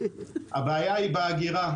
הבעיה היא באגירה.